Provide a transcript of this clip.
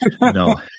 No